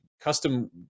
custom